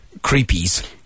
creepies